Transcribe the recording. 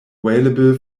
available